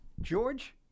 George